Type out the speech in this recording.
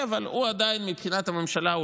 אבל מבחינת הממשלה,